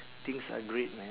things are great man